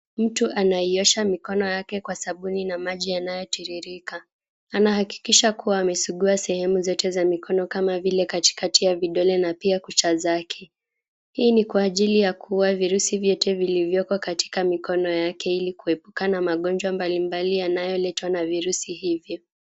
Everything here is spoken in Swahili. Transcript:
Mtu anaiosha mikono yake kwa sabuni na maji yanayotiririka. Anahakikisha kuwa amesugua sehemu zote za mikono kama vile katikati ya vidole na pia kucha zake. Hii ni kwa ajili ya kuuwa virusi vyote vilivyoko katika mikono yake ili kuepuka na magonjwa mbalimbali yanayoletwa na virusi hivyo.